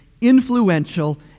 influential